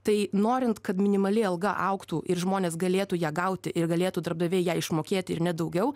tai norint kad minimali alga augtų ir žmonės galėtų ją gauti ir galėtų darbdaviai ją išmokėti ir ne daugiau